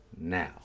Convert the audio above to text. now